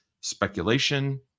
speculation